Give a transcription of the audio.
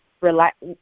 relax